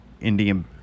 Indian